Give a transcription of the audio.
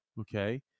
Okay